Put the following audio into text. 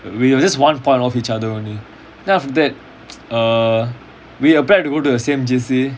we were just one point off each other only then after that err we applied to go to the same J_C